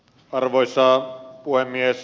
arvoisa puhemies